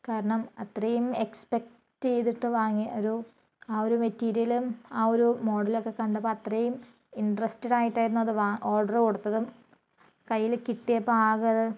കാരണം അത്രയും എക്സ്പെക്റ്റ് ചെയ്തിട്ട് വാങ്ങിയ ഒരു ആ ഒരു മെറ്റീരിയൽ ആ ഒരു മോഡലൊക്കെ കണ്ടപ്പോൾ അത്രയും ഇൻട്രസ്റ്റഡായിട്ടായിരുന്നു അത് വാ ഓർഡർ കൊടുത്തതും കയ്യിൽ കിട്ടിയപ്പോൾ ആകെ അത്